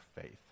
faith